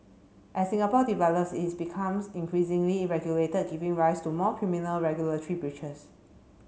as Singapore develops it's becomes increasingly regulated giving rise to more criminal regulatory breaches